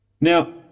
Now